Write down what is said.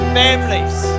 families